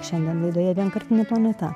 šiandien laidoje vienkartinė planeta